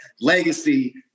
legacy